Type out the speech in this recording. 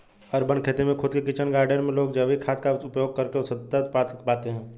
urban खेती में खुद के किचन गार्डन में लोग जैविक खाद का उपयोग करके शुद्धतम उत्पाद पाते हैं